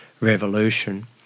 revolution